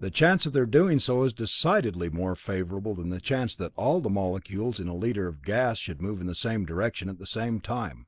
the chance of their doing so is decidedly more favorable than the chance that all the molecules in a liter of gas should move in the same direction at the same time